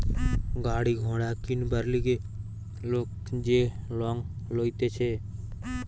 গাড়ি ঘোড়া কিনবার লিগে লোক যে লং লইতেছে